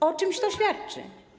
O czymś to świadczy.